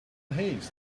haste